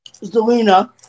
Zelina